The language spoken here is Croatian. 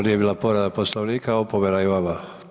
vo nije bila povreda Poslovnika, opomena i vama.